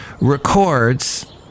Records